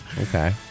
Okay